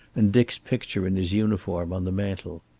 and dick's picture in his uniform on the mantle.